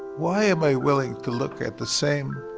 why am i willing to look at the same